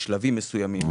יש שלבים מסוימים,